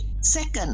Second